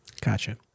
Gotcha